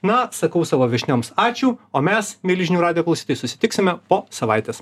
na sakau savo viešnioms ačiū o mes mieli žinių radijo klausytojai susitiksime po savaitės